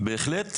בהחלט.